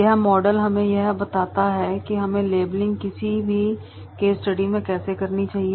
यह मॉडल हमें यह बताता है कि हमें लेबलिंग्स किसी भी केस स्टडी में कैसे करनी है